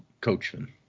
coachman